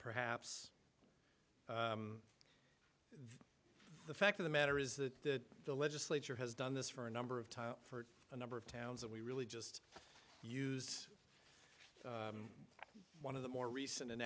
perhaps the fact of the matter is that the legislature has done this for a number of times for a number of towns that we really just used one of the more recent